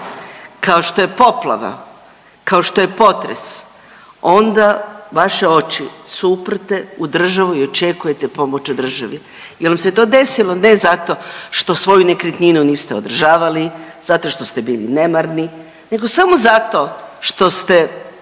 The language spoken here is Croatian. kao što je poplava, kao što je potres onda vaše oči su uprte u državu i očekujete pomoć od države jer vam se to desilo ne zato što svoju nekretninu niste održavali, zato što ste bili nemarni, nego samo zato što ste